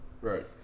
Right